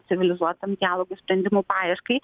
civilizuotam dialogo sprendimų paieškai